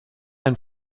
and